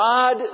God